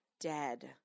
dead